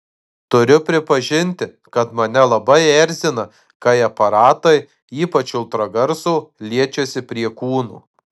turiu pripažinti kad mane labai erzina kai aparatai ypač ultragarso liečiasi prie kūno